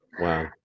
Wow